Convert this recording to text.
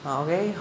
okay